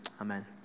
amen